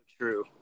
true